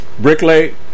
Bricklay